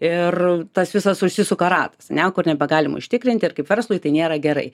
ir tas visas užsisuka ratas ane kur nebegalim užtikrinti ir kaip verslui tai nėra gerai